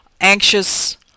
anxious